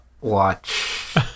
watch